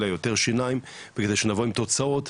לה יותר שיניים כדי שנבוא עם תוצאות,